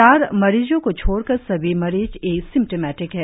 चार मरिजो को छोड़कर सभी मरीज एसिम्टोमेटिक है